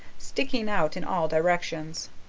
sticking out in all directions.